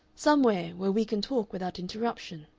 somewhere, where we can talk without interruption.